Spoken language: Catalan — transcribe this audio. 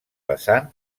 vessant